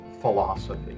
philosophy